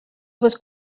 was